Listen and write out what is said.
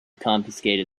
confiscated